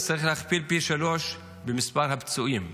אז צריך להכפיל פי שלושה במספר הפצועים.